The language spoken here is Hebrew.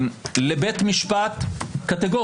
במיוחד של בית המשפט העליון,